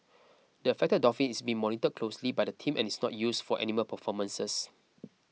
the affected dolphin is being monitored closely by the team and is not used for animal performances